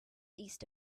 east